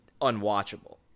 unwatchable